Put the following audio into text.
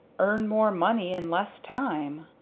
earn more money in less time.